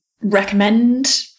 recommend